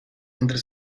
entre